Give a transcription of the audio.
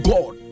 God